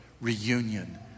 Reunion